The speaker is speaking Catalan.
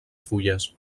fulles